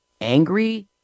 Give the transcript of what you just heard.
angry